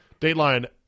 Dateline